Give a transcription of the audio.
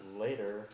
later